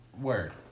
Word